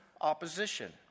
Opposition